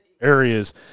areas